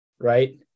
right